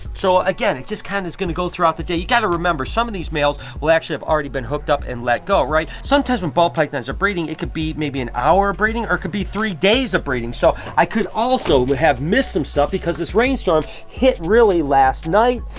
so again, it just kinda is gonna go throughout the day. you gotta remember, some of these males will actually have already been hooked up and let go, right? sometimes when ball pythons are breeding, it could be maybe an hour of breeding, or it could be three days of breeding. so, i could also have missed some stuff because this rain storm hit really last night.